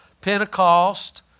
Pentecost